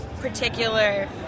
particular